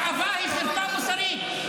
הרעבה היא חרפה מוסרית.